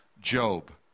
Job